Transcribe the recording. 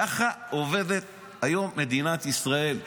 ככה עובדת היום מדינת ישראל.